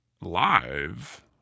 live